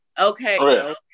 Okay